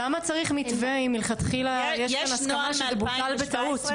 למה צריך מתווה אם מלכתחילה יש כאן הסכמה שזה בוטל בטעות,